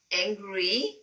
angry